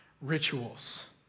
rituals